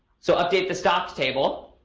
so update the stocks table,